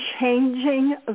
changing